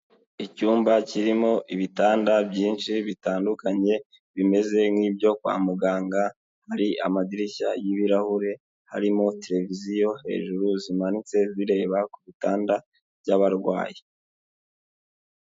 Icyumba kirimo ibitanda byinshi bitandukanye bimeze nk'ibyo kwa muganga hari amadirishya y'ibirahure, harimo televiziyo hejuru zimanitse bireba ku bitanda by'abarwayi.